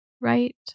right